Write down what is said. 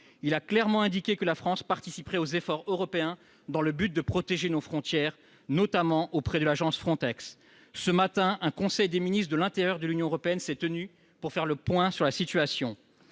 il a clairement indiqué que la France participerait aux efforts européens afin de protéger nos frontières, notamment auprès de l'agence Frontex. Ce matin, un conseil des ministres de l'intérieur de l'Union européenne s'est tenu pour faire le point sur la situation.